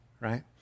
right